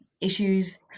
issues